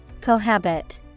Cohabit